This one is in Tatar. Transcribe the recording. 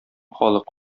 халык